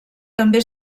també